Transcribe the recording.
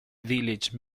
village